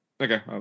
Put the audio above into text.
Okay